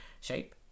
Shape